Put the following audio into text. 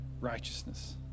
righteousness